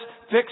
fix